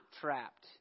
trapped